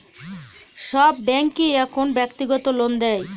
সব ব্যাঙ্কই এখন ব্যক্তিগত লোন দেয়